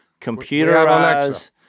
computerized